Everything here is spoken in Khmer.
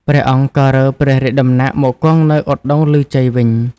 ព្រះអង្គក៏រើព្រះរាជដំណាក់មកគង់នៅឧត្តុង្គឮជ័យវិញ ។